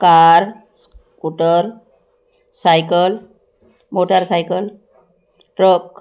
car scooter cycle motorcycle truck